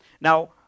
Now